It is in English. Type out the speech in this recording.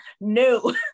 no